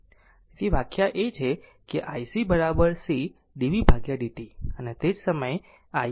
તેથી વ્યાખ્યા એ છે કે ic c dv dt અને તે જ સમયે ir v R